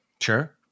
Sure